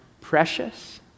precious